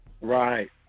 Right